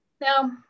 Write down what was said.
Now